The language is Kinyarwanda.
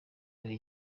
ari